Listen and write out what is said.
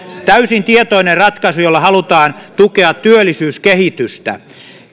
täysin tietoinen ratkaisu jolla halutaan tukea työllisyyskehitystä